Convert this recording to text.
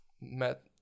met